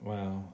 Wow